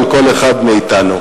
של כל אחד מאתנו.